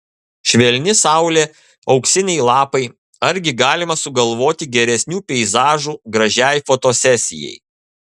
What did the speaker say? švelni saulė auksiniai lapai argi galima sugalvoti geresnių peizažų gražiai fotosesijai